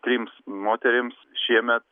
trims moterims šiemet